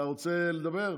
אתה רוצה לדבר?